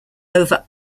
over